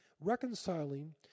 reconciling